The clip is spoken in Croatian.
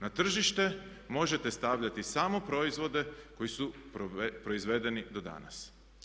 Na tržište možete stavljati samo proizvode koji su proizvedeni do danas.